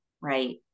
right